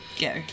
Go